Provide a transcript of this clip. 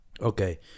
okay